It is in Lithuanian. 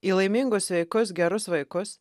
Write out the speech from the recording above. į laimingus sveikus gerus vaikus